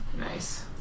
Nice